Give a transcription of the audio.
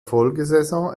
folgesaison